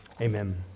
amen